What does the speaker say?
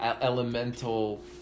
elemental